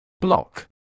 Block